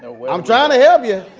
ah i'm trying to help you.